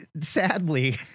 sadly